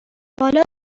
بالا